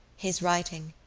his writing,